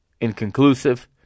inconclusive